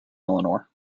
eleanor